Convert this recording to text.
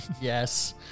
Yes